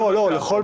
זה לא סוף החוק.